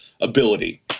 ability